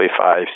five